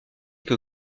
que